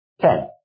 ten